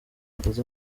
josé